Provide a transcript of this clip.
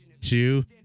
two